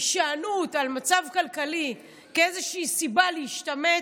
הישענות על מצב כלכלי כאיזושהי סיבה להשתמט,